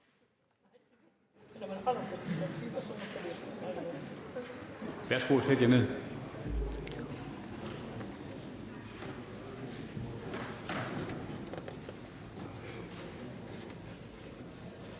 Værsgo at sætte jer ned.